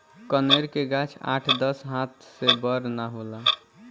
कनेर के गाछ आठ दस हाथ से बड़ ना होला